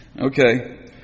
Okay